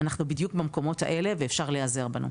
אנחנו בדיוק במקומות האלה ואפשר להיעזר בנו.